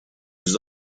his